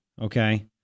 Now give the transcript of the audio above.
okay